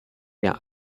der